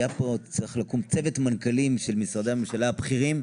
היה צריך לקום פה צוות מנכ"לים של משרדי הממשלה הבכירים,